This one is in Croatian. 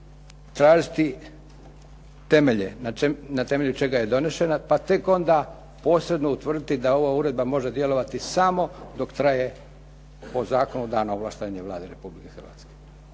tražiti temelje na temelju čega je donesena, pa tek onda posebno utvrditi da ova uredba može djelovati samo dok traje po zakonu dano ovlaštenje Vlade Republike Hrvatske.